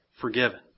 forgiven